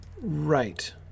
Right